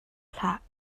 hlah